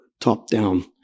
top-down